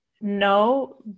no